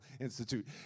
Institute